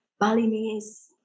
Balinese